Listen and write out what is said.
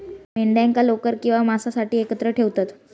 मेंढ्यांका लोकर किंवा मांसासाठी एकत्र ठेवतत